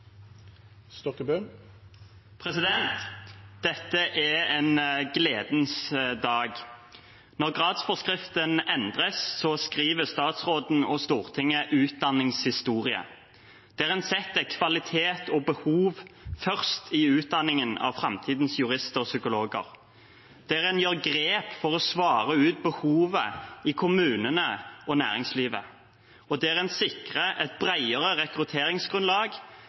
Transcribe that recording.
en gledens dag. Når gradsforskriften endres, skriver statsråden og Stortinget utdanningshistorie, der man setter kvalitet og behov først i utdanningen av framtidens jurister og psykologer, der man gjør grep for å svare ut behovet i kommunene og næringslivet, og der man sikrer et bredere rekrutteringsgrunnlag